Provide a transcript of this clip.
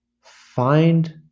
find